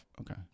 okay